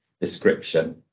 description